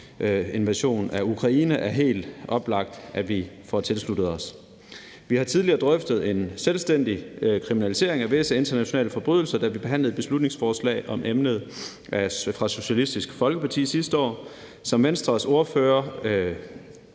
invasion af Ukraine er helt oplagt at vi får tilsluttet os. Vi har tidligere drøftet en selvstændig kriminalisering af visse internationale forbrydelser, da vi behandlede et beslutningsforslag om emnet fra Socialistisk Folkeparti sidste år. Som Venstres ordfører